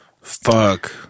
Fuck